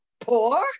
poor